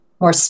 more